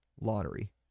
lottery